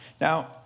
Now